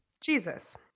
Jesus